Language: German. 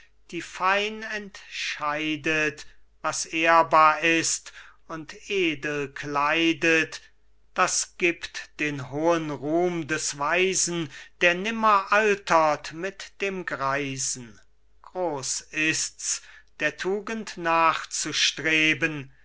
die fein entscheidet was ehrbar ist und edel kleidet das gibt den hohen ruhm des weisen der nimmer altert mit dem greisen groß ist's der tugend nachzustreben